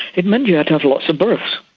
it meant you had to have lots of berths,